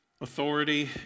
authority